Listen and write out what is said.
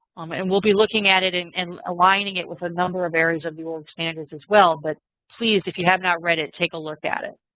and we'll be looking at it and and aligning it with a number of areas of the old standards as well. but please, if you have not read it, take a look at it.